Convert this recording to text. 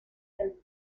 del